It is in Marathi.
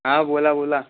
हां बोला बोला